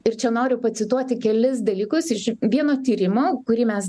ir čia noriu pacituoti kelis dalykus iš vieno tyrimo kurį mes